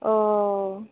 अ